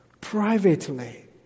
privately